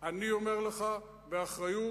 אני אומר לך באחריות,